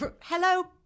Hello